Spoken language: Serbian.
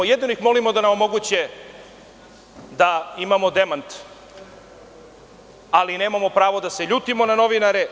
Jedino ih molimo da nam omoguće da imamo demant, ali nemamo pravo da se ljutimo na novinare.